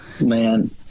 man